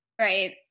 right